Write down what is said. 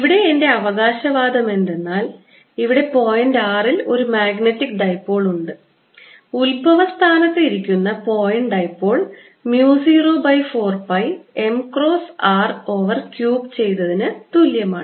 ഇവിടെ എന്റെ അവകാശവാദം എന്താണെന്നാൽ ഇവിടെ പോയിന്റ് r ൽ ഒരു മാഗ്നറ്റിക് ഡൈപോൾ ഉണ്ട് ഉത്ഭവസ്ഥാനത്ത് ഇരിക്കുന്ന point dipole μ04π m cross over r cube ചെയ്തതിന് തുല്യമാണ്